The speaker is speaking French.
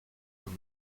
dans